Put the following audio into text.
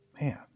Man